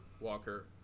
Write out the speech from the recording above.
Walker